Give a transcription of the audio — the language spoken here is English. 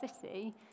city